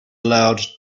loud